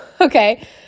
okay